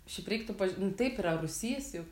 šiaip reiktų paž nu taip yra rūsys juk